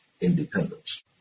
independence